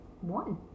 one